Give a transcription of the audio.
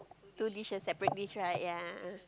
two dishes separate dish right yea